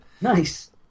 Nice